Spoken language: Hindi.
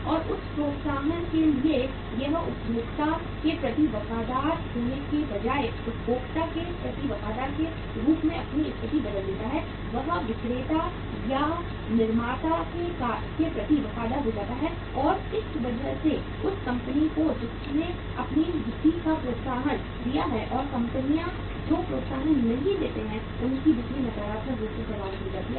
और उस प्रोत्साहन के लिए वह उपभोक्ता के प्रति वफादार होने के बजाय उपभोक्ता के प्रति वफादार के रूप में अपनी स्थिति बदल देता है वह विक्रेता या निर्माता के प्रति वफादार हो जाता है और इस वजह से उस कंपनी को जिसने अपनी बिक्री को प्रोत्साहन दिया है और कंपनियां जो प्रोत्साहन नहीं देते हैं उनकी बिक्री नकारात्मक रूप से प्रभावित हो रही है